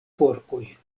porkoj